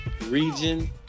region